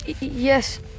yes